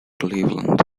cleveland